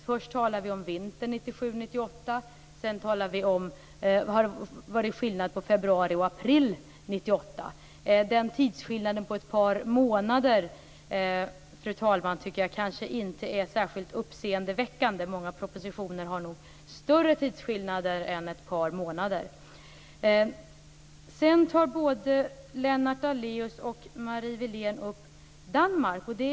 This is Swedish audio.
Först talade vi om vintern 1997/98, sedan var det februari-april 1998. Den tidsskillnaden på ett par månader, fru talman, tycker jag inte är särskilt uppseendeväckande. Många gånger är det större tidsskillnader än ett par månader. Både Lennart Daléus och Marie Wilén tar Danmark som exempel.